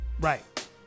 Right